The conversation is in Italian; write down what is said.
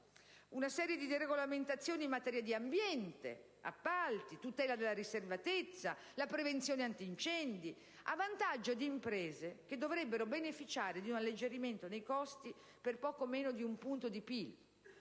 Una serie di deregolamentazioni in materia di ambiente, appalti, tutela della riservatezza e prevenzione antincendi, a vantaggio di imprese che dovrebbero beneficiare di un alleggerimento nei costi per poco meno di un punto di PIL,